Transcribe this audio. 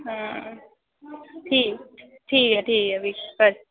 ठीक ठीक ठीक ऐ भी खरी